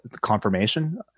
confirmation